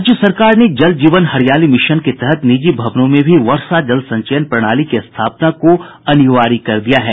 राज्य सरकार ने जल जीवन हरियाली मिशन के तहत निजी भवनों में भी वर्षा जल संचयन प्रणाली की स्थापना को अनिवार्य कर दिया गया है